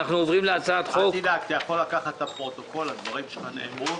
הישיבה נעולה.